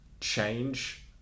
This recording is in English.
change